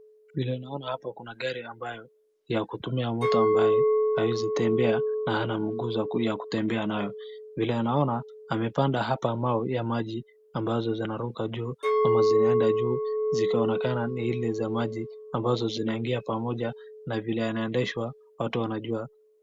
Vile naoana hapa kuna gari ambayo ya kutumia mtu ambaye hawezi kutembea na hana miguu ya kutembea nayo. Vile naona amepanda hapa mawe ya maji ambazo zinaruka juu ama zikaenda juu zikaonekana ni zile za maji ambazo zinaingia pamoja na vile anaendeshwa watu wanajua.